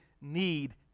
need